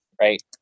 right